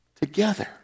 together